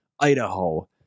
Idaho